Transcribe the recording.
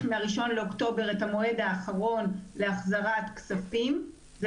מה-1 באוקטובר את המועד האחרון להחזרת כספים,